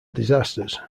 disasters